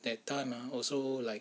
that time ah also like